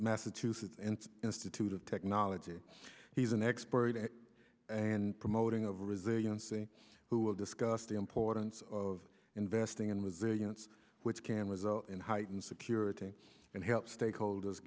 massachusetts institute of technology he's an expert and promoting of resiliency who will discuss the importance of investing in resilience which can result in heightened security and help stakeholders